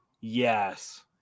Yes